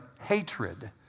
hatred